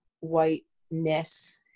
whiteness